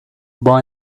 boy